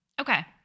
Okay